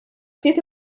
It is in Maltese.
ftit